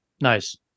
Nice